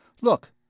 Look